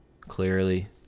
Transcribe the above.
clearly